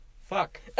Fuck